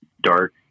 dark